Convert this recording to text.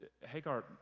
Hagar